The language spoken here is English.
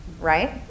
right